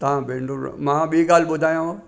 तव्हां भेनर मां ॿी ॻाल्हि ॿुधायूं